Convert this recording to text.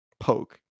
poke